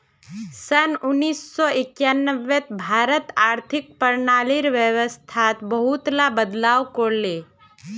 सन उन्नीस सौ एक्यानवेत भारत आर्थिक प्रणालीर व्यवस्थात बहुतला बदलाव कर ले